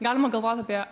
galima galvot apie